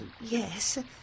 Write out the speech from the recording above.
yes